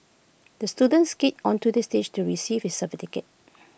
the student skated onto the stage to receive his certificate